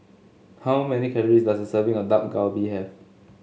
how many calories does a serving of Dak Galbi have